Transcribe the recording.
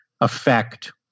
affect